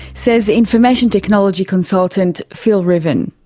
says information technology consultant phil ruthven.